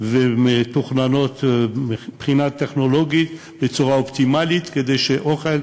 ומתוכננות מבחינה טכנולוגיות בצורה אופטימלית כדי שהאוכל,